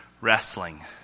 wrestling